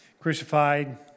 crucified